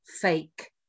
fake